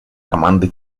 команды